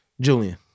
Julian